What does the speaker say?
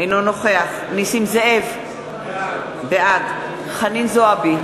אינו נוכח נסים זאב, בעד חנין זועבי,